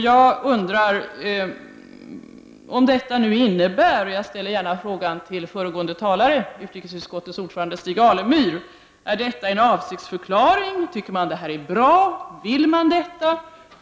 Jag undrar om detta innebär — och jag riktar gärna denna fråga till föregående talare utrikesutskottets ordförande Stig Alemyr — en avsiktsförklaring. Tycker man att detta är bra? Vill man detta?